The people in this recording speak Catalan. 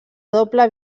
doble